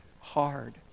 hard